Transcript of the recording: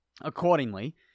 accordingly